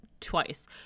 twice